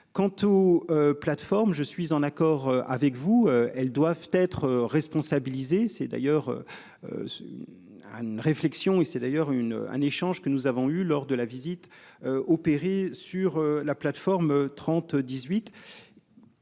Quant aux. Plateformes. Je suis en accord avec vous. Elles doivent être responsabilisés. C'est d'ailleurs. À une réflexion et c'est d'ailleurs une un échange que nous avons eu lors de la visite. Opéré sur la plateforme. 30 18.